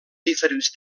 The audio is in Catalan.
diferents